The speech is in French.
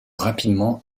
rapidement